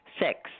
six